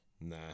nah